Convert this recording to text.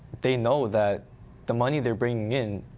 they know that the money they're bringing in,